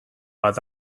bat